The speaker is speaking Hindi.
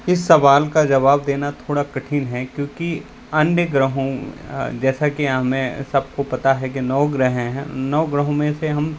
इस सवाल का जवाब देना थोड़ा कठिन है क्योंकि अन्य ग्रहों जैसा की हमें सबको पता है कि नौ ग्रह है नौ ग्रहों में से हम